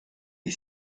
est